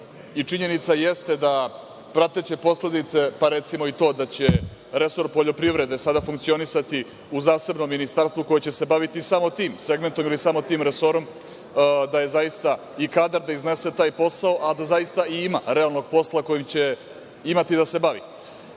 i činjenica jeste da prateće posledice, pa recimo i to da će resor poljoprivrede sada funkcionisati u zasebnom ministarstvu koje će se baviti samo tim segmentom ili samo tim resorom, da je zaista i kadar da iznese taj posao, a da zaista i ima realnog posla kojim će imati da se bavi.